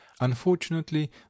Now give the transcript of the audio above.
unfortunately